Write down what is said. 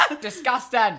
disgusting